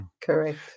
Correct